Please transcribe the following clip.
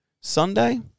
Sunday